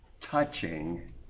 touching